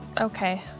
Okay